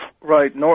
Right